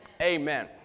amen